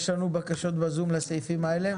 יש לנו בקשות בזום לסעיפים האלה?